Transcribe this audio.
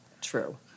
True